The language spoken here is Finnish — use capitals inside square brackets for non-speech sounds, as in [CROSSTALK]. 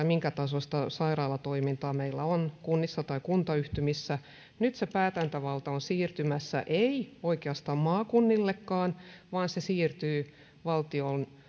[UNINTELLIGIBLE] minkä tasoista sairaalatoimintaa meillä on kunnissa tai kuntayhtymissä nyt se päätäntävalta on siirtymässä ei oikeastaan maakunnillekaan vaan se siirtyy valtion